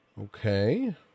Okay